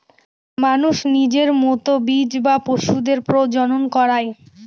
মানুষ নিজের মতো বীজ বা পশুদের প্রজনন করায়